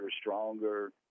stronger